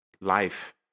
life